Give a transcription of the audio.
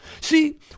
See